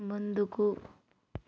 ముందుకు